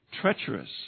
treacherous